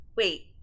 Wait